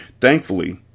Thankfully